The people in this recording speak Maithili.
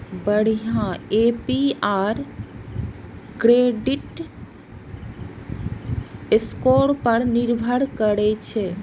बढ़िया ए.पी.आर क्रेडिट स्कोर पर निर्भर करै छै